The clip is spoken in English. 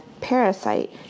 Parasite